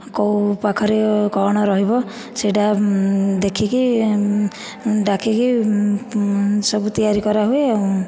କେଉଁ ପାଖରେ କ'ଣ ରହିବ ସେଇଟା ଦେଖିକି ଡାକିକି ସବୁ ତିଆରି କରାହୁଏ ଆଉ